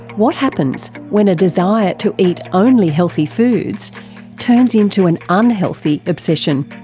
what happens when a desire to eat only healthy foods turns into an unhealthy obsession.